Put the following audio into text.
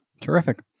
Terrific